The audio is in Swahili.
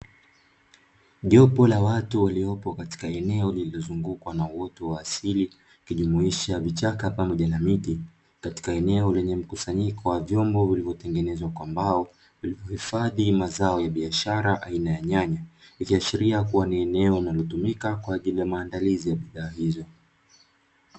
Jopo la watu walipo katika eneo lililozungukwa na uoto wa asili, ikijumuisha vichaka pamoja na miti katika eneo lenye mkusanyiko wa vyombo vilivyotengenezwa kwa mbao, ili kuhifadhi mazao ya biashara aina ya nyanya ikiashiria kuwa ni eneo linalotumika kwa ajili ya maandalizi ya bidhaa hizo.